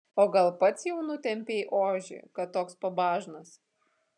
o gal pats jau nutempei ožį kad toks pabažnas